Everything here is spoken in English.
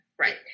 Right